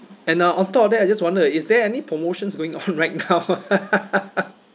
and uh on top of that I just wonder is there any promotions going on right now